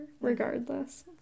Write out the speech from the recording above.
regardless